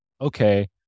okay